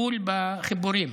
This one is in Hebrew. בול בחיבורים.